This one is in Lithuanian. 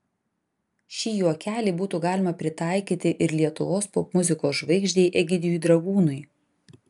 šį juokelį būtų galima pritaikyti ir lietuvos popmuzikos žvaigždei egidijui dragūnui